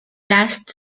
last